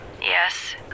Yes